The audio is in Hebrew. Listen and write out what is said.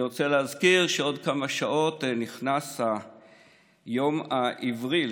אני רוצה להזכיר שעוד כמה שעות נכנס היום העברי החדש,